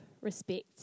respect